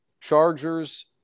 Chargers